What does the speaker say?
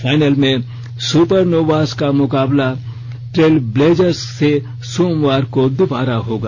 final में Supernovas का मुकाबला ट्रेलब्लेजर्स से सोमवार को दुबारा होगा